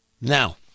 Now